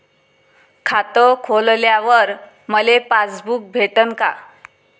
खातं खोलल्यावर मले पासबुक भेटन का?